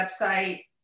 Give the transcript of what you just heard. website